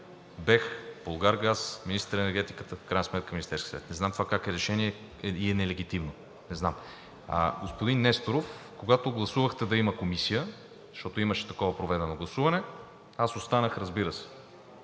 БЕХ, „Булгаргаз“, министърът на енергетиката, в крайна сметка Министерският съвет. Не знам това как е решение, и е нелегитимно, не знам… Господин Несторов, когато гласувахте да има Комисия, защото имаше такова проведено гласуване, аз останах, разбира се.